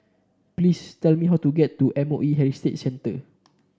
please tell me how to get to M O E Heritage Centre